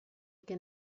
que